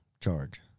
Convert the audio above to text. charge